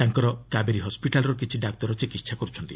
ତାଙ୍କର କାବେରୀ ହସ୍କିଟାଲ୍ର କିଛି ଡାକ୍ତର ଚିକିତ୍ସା କର୍ଛନ୍ତି